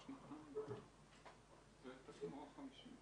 אני רוצה להעלות עוד סוגיה.